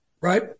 Right